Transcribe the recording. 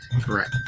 correct